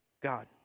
God